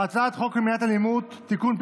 חוק למניעת אלימות במשפחה (תיקון,